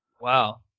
wow